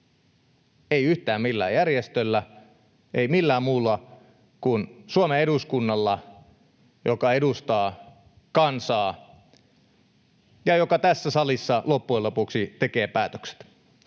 ei yhtään millään järjestöllä, ei millään muulla kuin Suomen eduskunnalla, joka edustaa kansaa ja joka tässä salissa loppujen lopuksi tekee päätökset.